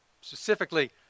specifically